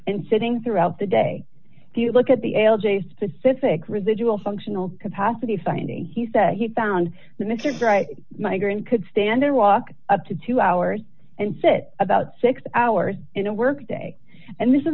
and sitting throughout the day if you look at the l j specific residual functional capacity finding he said he found that mr bright migrant could stand there walk up to two hours and sit about six hours in a work day and this is